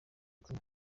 kumwe